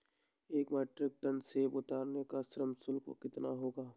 एक metric tonne सेव उतारने का श्रम शुल्क कितना होगा?